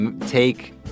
take